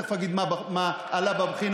אני תכף אגיד מה עלה בבחינה,